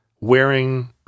wearing